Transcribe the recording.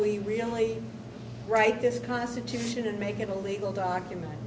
we really write this constitution and make it a legal document